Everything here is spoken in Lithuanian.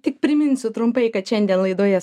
tik priminsiu trumpai kad šiandien laidoje